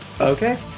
Okay